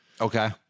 okay